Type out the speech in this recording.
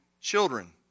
children